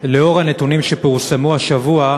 לאור הנתונים שפורסמו השבוע,